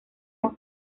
muy